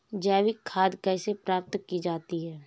जैविक खाद कैसे प्राप्त की जाती है?